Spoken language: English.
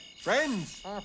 friends